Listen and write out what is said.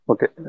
Okay